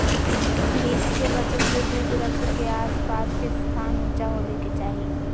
बीज के बचत ले बीज रखे के आस पास के स्थान ऊंचा होबे के चाही